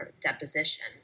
deposition